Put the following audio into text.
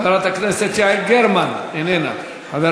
חברת הכנסת מיכל רוזין, איננה, חבר